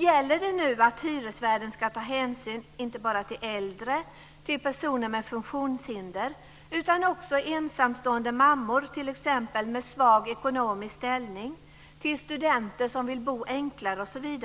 Gäller det nu att hyresvärden ska ta hänsyn inte bara till äldre och till personer med funktionshinder utan också till t.ex. ensamstående mammor med svag ekonomisk ställning, till studenter som vill bo enklare osv?